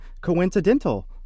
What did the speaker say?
coincidental